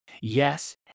Yes